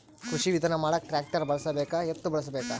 ಕೃಷಿ ವಿಧಾನ ಮಾಡಾಕ ಟ್ಟ್ರ್ಯಾಕ್ಟರ್ ಬಳಸಬೇಕ, ಎತ್ತು ಬಳಸಬೇಕ?